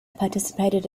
participated